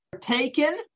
taken